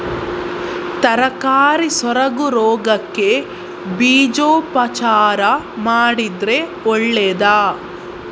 ತರಕಾರಿ ಸೊರಗು ರೋಗಕ್ಕೆ ಬೀಜೋಪಚಾರ ಮಾಡಿದ್ರೆ ಒಳ್ಳೆದಾ?